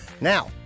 Now